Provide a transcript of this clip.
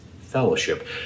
Fellowship